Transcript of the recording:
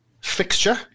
fixture